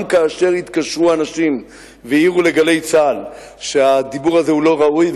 גם כאשר התקשרו אנשים והעירו ל"גלי צה"ל" שהדיבור הזה הוא לא ראוי,